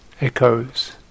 echoes